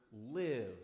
live